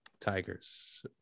tigers